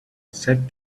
said